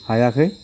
हायाखै